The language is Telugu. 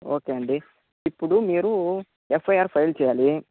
ఓకే అండి ఇప్పుడు మీరు ఎఫ్ఐఆర్ ఫైల్ చేయాలి